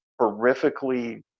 horrifically